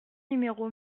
numéro